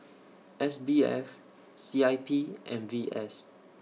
S B F C I P and V S